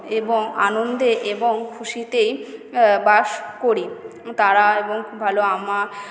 এবং আনন্দে এবং খুশিতেই আ বাস করি তাঁরা এবং খুব ভালো আমা